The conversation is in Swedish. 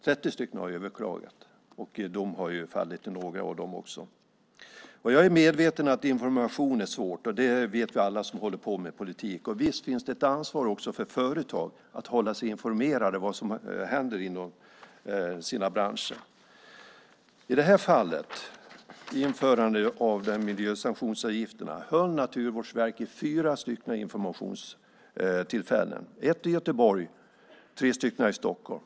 30 företag har överklagat, och dom har också fallit i några av fallen. Jag är medveten om att information är svårt, och det vet vi alla som håller på med politik. Och visst finns det ett ansvar också för företag att hålla sig informerade om vad som händer inom respektive bransch. Inför införandet av miljösanktionsavgifterna höll Naturvårdsverket fyra informationsmöten, ett i Göteborg och tre i Stockholm.